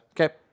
Okay